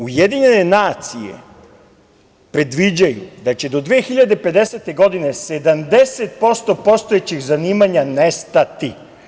Ujedinjene nacije predviđaju da će do 2050. godine 70% postojećih zanimanja nestati.